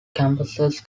campuses